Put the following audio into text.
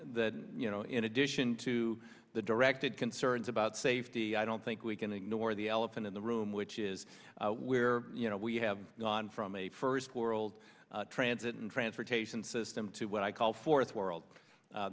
that you know in addition to the directed concerns about safety i don't think we can ignore the elephant in the room which is where you know we have gone from a first world transit and transportation system to what i call fourth world